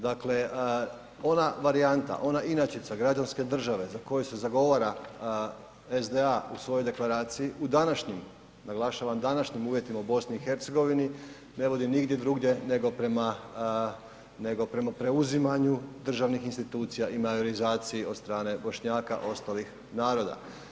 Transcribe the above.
Dakle ona varijanta, ona inačica građanske države za koju se zagovara SDA u svojoj deklaraciji u današnjim, naglašavam današnjim uvjetima u BiH ne vodi nigdje drugdje nego prema preuzimanju državnih institucija i majorizaciji od strane Bošnjaka ostalih naroda.